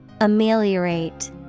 Ameliorate